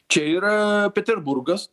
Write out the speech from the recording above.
čia yra peterburgas